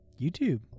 YouTube